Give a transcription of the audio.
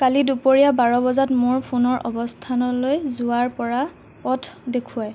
কালি দুপৰীয়া বাৰ বজাত মোৰ ফোনৰ অৱস্থানলৈ যোৱাৰ পৰা পথ দেখুৱায়